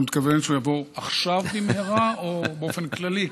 אתה מתכוון עכשיו במהרה או באופן כללי?